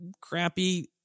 crappy